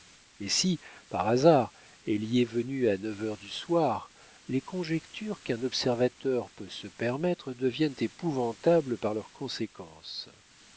mais si par hasard elle y est venue à neuf heures du soir les conjectures qu'un observateur peut se permettre deviennent épouvantables par leurs conséquences